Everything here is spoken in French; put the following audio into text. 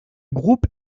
groupe